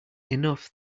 enough